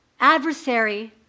adversary